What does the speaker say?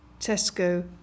Tesco